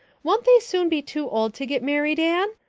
won't they soon be too old to get married, anne?